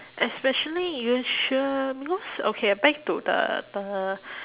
especially you sure lose okay uh back to the uh